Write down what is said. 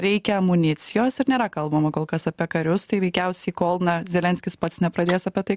reikia amunicijos ir nėra kalbama kol kas apie karius tai veikiausiai kol na zelenskis pats nepradės apie tai